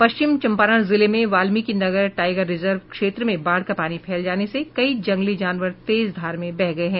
पश्चिम चंपारण जिले में Valmiki Nagar tiger reserve क्षेत्र में बाढ़ का पानी फैल जाने से कई जंगली जानवर तेज धार में बह गये हैं